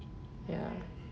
ya